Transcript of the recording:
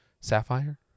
sapphire